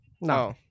No